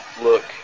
look